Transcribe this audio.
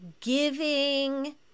giving